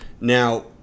Now